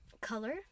color